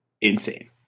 insane